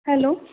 hello